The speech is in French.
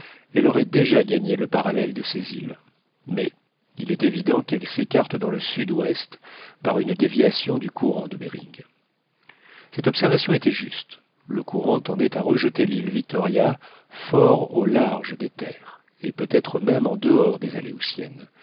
elle aurait déjà gagné le parallèle de ces îles mais il est évident qu'elle s'écarte dans le sud-ouest par une déviation du courant de behring cette observation était juste le courant tendait à rejeter l'île victoria fort au large des terres et peut-être même en dehors des aléoutiennes